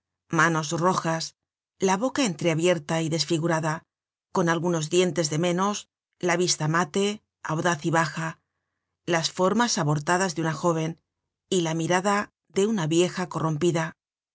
manos rojas la boca entreabrierta y desfigurada con algunos dientes de menos la vista mate audaz y baja las formas abortadas de una jóven y la mirada de una vieja corrompida